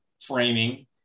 framing